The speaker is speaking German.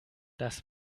das